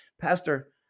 pastor